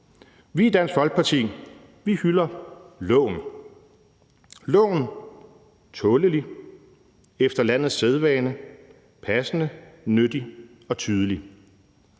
Vi i Dansk Folkeparti hylder loven – loven, som skal være tålelig, efter landets sædvane, passende, nyttig og tydelig.